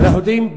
אנחנו יודעים,